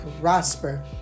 prosper